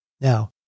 Now